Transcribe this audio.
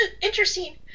interesting